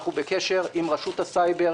אנחנו בקשר עם רשות הסייבר,